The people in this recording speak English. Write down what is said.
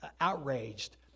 outraged